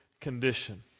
condition